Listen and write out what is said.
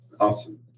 Awesome